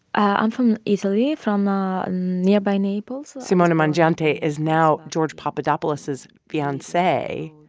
i'm from italy, from nearby naples simona mangiante is now george papadopoulos's fiance.